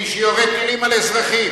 מי שיורה טילים על אזרחים?